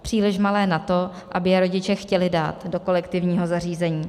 Příliš malé na to, aby je rodiče chtěli dát do kolektivního zařízení.